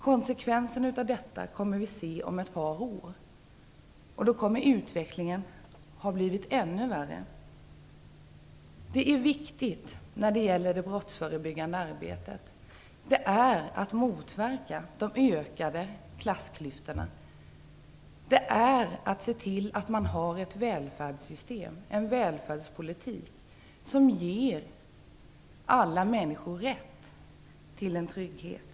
Konsekvensen av detta kommer vi att se om ett par år. Då kommer utvecklingen att ha blivit ännu värre. I det brottsförbyggande arbetet är det viktigt att motverka de ökade klassklyftorna, att se till att man har ett välfärdssystem, en välfärdspolitik, som ger alla människor rätt till en trygghet.